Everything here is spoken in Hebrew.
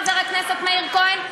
חבר הכנסת מאיר כהן,